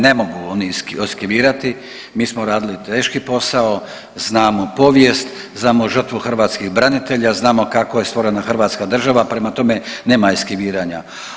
Ne mogu oni eskivirati, mi smo radili teški posao, znamo povijest, znamo žrtvu hrvatskih branitelja, znamo kako je stvorena hrvatska država, prema tome, nema eskiviranja.